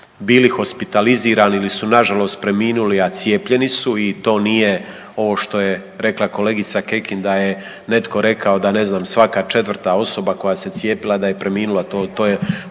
bili hospitalizirani ili su na žalost preminuli, a cijepljeni su i to nije ovo što je rekla kolegica Kekin da je netko rekao da ne znam svaka četvrta osoba koja se cijepila da je preminula. Nije